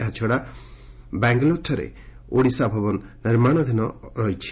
ଏହାଛଡ଼ା ବାଙ୍ଗାଲୋର ଠାରେ ଓଡ଼ିଶା ଭବନ ନିର୍ମାଶଧୀନ ଥିଲା